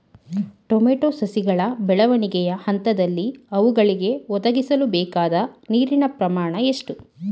Tomato ಸಸಿಗಳ ಬೆಳವಣಿಗೆಯ ಹಂತದಲ್ಲಿ ಅವುಗಳಿಗೆ ಒದಗಿಸಲುಬೇಕಾದ ನೀರಿನ ಪ್ರಮಾಣ ಎಷ್ಟು?